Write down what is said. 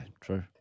true